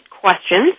questions